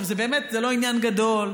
עכשיו, זה לא עניין גדול,